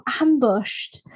ambushed